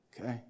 Okay